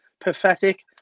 pathetic